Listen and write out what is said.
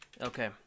Okay